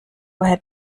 woher